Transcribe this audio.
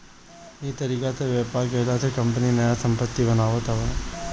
इ तरीका से व्यापार कईला से कंपनी नया संपत्ति बनावत हवे